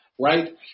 right